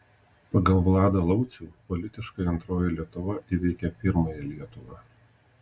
pagal vladą laucių politiškai antroji lietuva įveikia pirmąją lietuvą